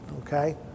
Okay